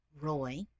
Roy